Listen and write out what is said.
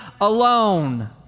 alone